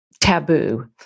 taboo